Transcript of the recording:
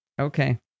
Okay